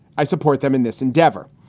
i support them in this endeavor.